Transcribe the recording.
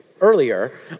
earlier